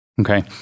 Okay